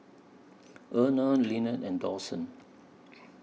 Erna Lynette and Dawson